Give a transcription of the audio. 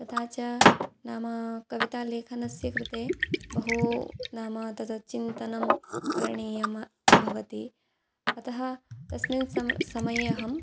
तथा च नाम कवितालेखनस्य कृते बहु नाम तत् चिन्तनं करणीयं भवति अतः तस्मिन् स समये अहं